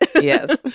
Yes